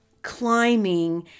Climbing